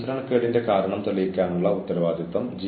ആവശ്യമെങ്കിൽ നിങ്ങളുടെ അഭിഭാഷകരുമായി ബന്ധപ്പെടുക